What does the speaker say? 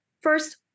First